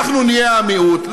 אנחנו נהיה המיעוט.